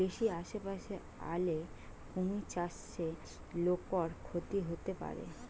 বেশি আশেপাশে আলে কুমির চাষে লোকর ক্ষতি হতে পারে